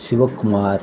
Sivakumar